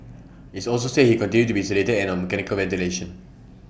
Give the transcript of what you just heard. its also said he continued to be sedated and on mechanical ventilation